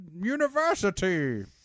university